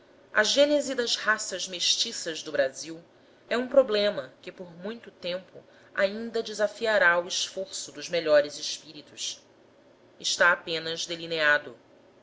a gênese das raças mestiças do brasil é um problema que por muito tempo ainda desafiará o esforço dos melhores espíritos está apenas delineado